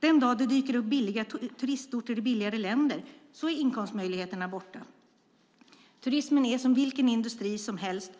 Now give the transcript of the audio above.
Den dag det dyker upp turistorter i billigare länder är inkomstmöjligheterna borta. Turismen är som vilken industri som helst.